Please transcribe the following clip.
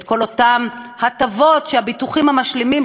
את כל אותן הטבות שהביטוחים המשלימים,